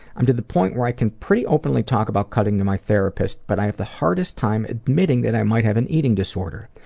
i'm to the point where i can pretty openly talk about cutting to my therapist but i have the hardest time admitting that i might have an eating disorder.